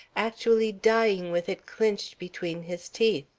actually dying with it clinched between his teeth?